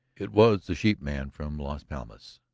it was the sheepman from las palmas.